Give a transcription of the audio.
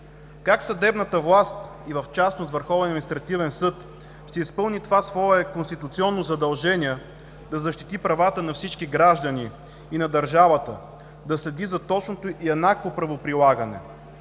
административен съд, ще изпълни това свое конституционно задължение да защити правата на всички граждани и на държавата, да следи за точното и еднакво правоприлагане,